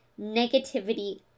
negativity